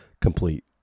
complete